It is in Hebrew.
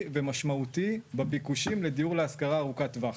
ומשמעותי בביקושים לדיור להשכרה ארוכת טווח.